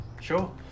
Sure